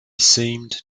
seemed